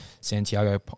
Santiago